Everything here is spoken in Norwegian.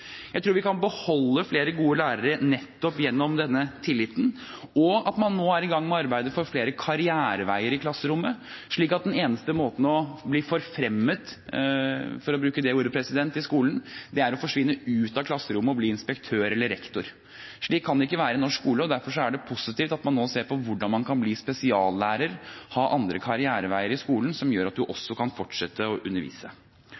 Jeg tror vi kan beholde flere gode lærere nettopp gjennom denne tilliten, og ved at man nå er i gang med arbeidet for flere karriereveier i klasserommet, slik at ikke den eneste måten å bli forfremmet på, for å bruke det ordet, i skolen, er å forsvinne ut av klasserommet og bli inspektør eller rektor. Slik kan det ikke være i norsk skole, og derfor er det positivt at man nå ser på hvordan man kan bli spesiallærer og ha andre karriereveier i skolen som gjør at man også kan fortsette med å undervise.